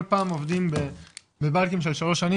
כל פעם עובדים בחבילות של שלוש שנים,